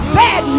bad